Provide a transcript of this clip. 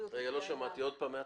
תאמרי שוב.